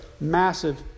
massive